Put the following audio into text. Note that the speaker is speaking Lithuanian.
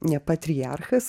ne patriarchas